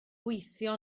gweithio